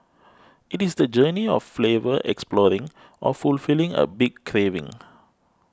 it is the journey of flavor exploring or fulfilling a big craving